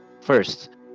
first